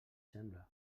sembla